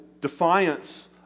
defiance